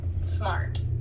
smart